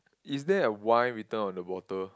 is that a wine written on the bottle